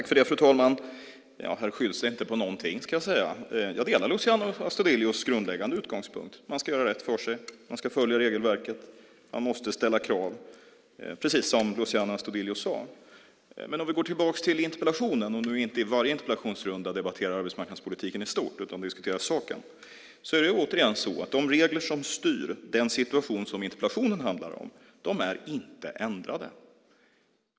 Fru talman! Här skylls det inte på någonting, ska jag säga. Jag delar Luciano Astudillos grundläggande utgångspunkt: Man ska göra rätt för sig och följa regelverket, och man måste ställa krav, precis som Luciano Astudillo sade. Men låt oss gå tillbaka till interpellationen och inte i varje interpellationsrunda debattera arbetsmarknadspolitiken i stort utan diskutera själva sakfrågan. De regler som styr den situation som interpellationen handlar om har inte ändrats.